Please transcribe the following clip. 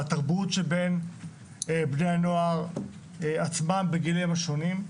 התרבות שבין בני הנוער עצמם בגילים השונים.